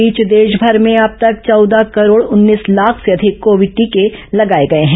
इस बीच देशभर में अब तक चौदह करोड उन्नीस लाख से अधिक कोविड टीके लगाये गये हैं